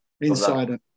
Insider